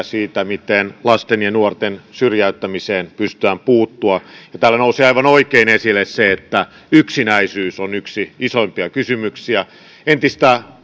siitä miten lasten ja nuorten syrjäyttämiseen pystytään puuttumaan täällä nousi aivan oikein esille se että yksinäisyys on yksi isoimpia kysymyksiä entistä